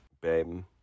Babe